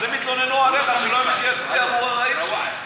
אז הם יתלוננו עליך שלא יהיה מי שיצביע עבור הראיס שם.